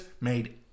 made